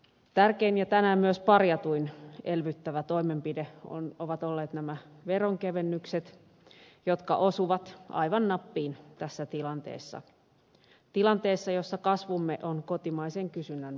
tärkein ja tänään myös parjatuin elvyttävä toimenpide ovat olleet nämä veronkevennykset jotka osuvat aivan nappiin tässä tilanteessa tilanteessa jossa kasvumme on kotimaisen kysynnän varassa